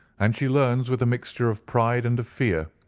and she learns, with a mixture of pride and of fear,